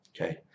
Okay